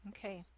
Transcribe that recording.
Okay